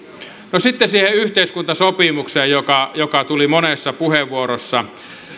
no sitten siihen yhteiskuntasopimukseen joka joka tuli monessa puheenvuorossa